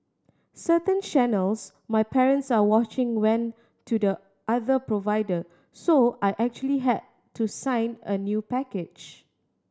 certain channels my parents are watching went to the other provider so I actually had to sign a new package